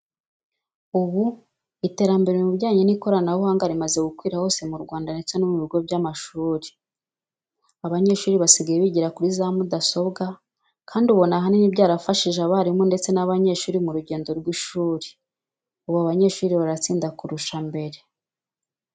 Ubu iterambere mu bijyanye n'ikoranabuhanga rimaze gukwira hose mu Rwanda ndetse no mu bigo by'amashuri. Abanyeshuri basigaye bigira kuri za mudasobwa kandi ubona ahanini byarafashije abarimu ndetse n'abanyeshuri mu rugendo rw'ishuri. Ubu abanyeshuri baratsinda kurusha mbere.